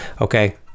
Okay